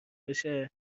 بشه